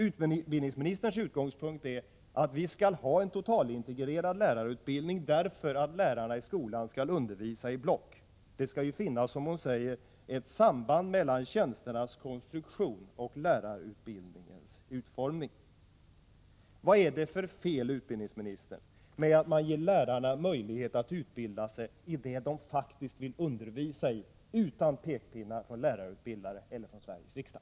Utbildningsministerns utgångspunkt är att vi skall ha en totalintegrerad lärarutbildning därför att lärarna i skolan skall undervisa i block. Det skall finnas, som hon säger, ett samband mellan tjänsternas konstruktion och lärarutbildningens utformning. Vad är det för fel, utbildningsministern, med att ge lärarna möjlighet att utbilda sig i det de faktiskt vill undervisa i utan pekpinnar från lärarutbildare eller från Sveriges riksdag?